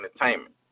Entertainment